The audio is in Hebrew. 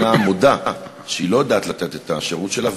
מודה שהיא לא יודעת לתת את השירות שלה,